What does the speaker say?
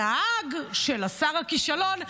הנהג של שר הכישלון,